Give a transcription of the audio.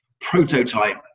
prototype